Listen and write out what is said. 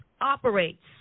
operates